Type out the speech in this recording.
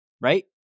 right